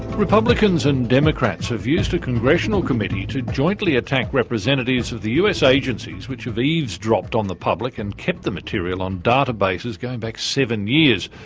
republicans and democrats have used a congressional committee to jointly attack representatives of the us agencies which have eavesdropped on the public and kept the material on databases going back seven years.